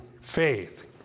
faith